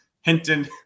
Hinton